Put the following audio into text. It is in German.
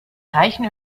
reichen